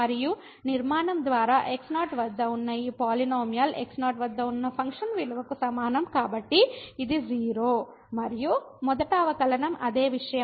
మరియు నిర్మాణం ద్వారా x0 వద్ద ఉన్న ఈ పాలినోమియల్ x0 వద్ద ఉన్న ఫంక్షన్ విలువకు సమానం కాబట్టి ఇది 0 మరియు మొదటి అవకలనం అదే విషయం